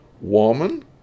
Woman